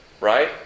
Right